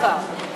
זה עבר.